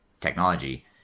technology